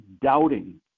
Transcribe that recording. doubting